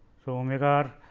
so, omega r,